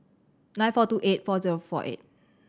nine four two eight four zero four eight